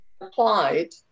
applied